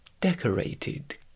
decorated